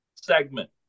segment